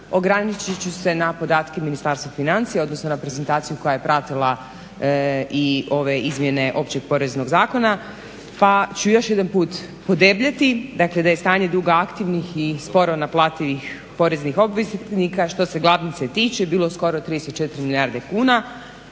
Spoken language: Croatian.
ograničit ću se na podatke Ministarstva financija, odnosno na prezentaciju koja je pratila i ove izmjene Općeg poreznog zakona pa ću još jedanput podebljati da je stanje duga aktivnih i sporo naplativih poreznih obveznika što se glavnice tiče bilo skoro 34 milijarde kuna,